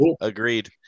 Agreed